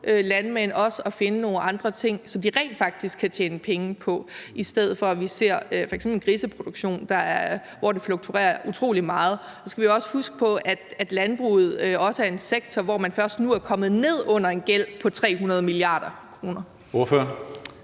landmænd til også at finde nogle andre ting, som de rent faktisk kan tjene penge på, i stedet for at vi f.eks. ser en griseproduktion, der fluktuerer utrolig meget. Så skal vi også huske på, at landbruget også er en sektor, hvor man først nu er kommet ned under en gæld på 300 mia. kr. Kl.